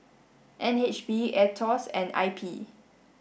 N H B AETOS and I P